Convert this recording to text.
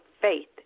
faith